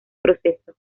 proceso